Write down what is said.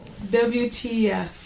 WTF